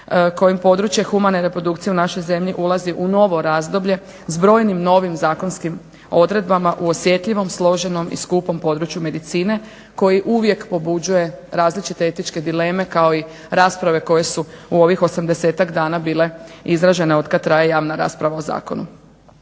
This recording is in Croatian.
kojim područje humane reprodukcije u našoj zemlji ulazi u novo razdoblje s brojnim novim zakonskim odredbama u osjetljivom, složenom i skupom području medicine koji uvijek pobuđuje različite etičke dileme kao i rasprave koje su u ovih 80-tak dana bile izražene otkad traje javna rasprava o zakonu.